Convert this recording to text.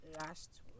last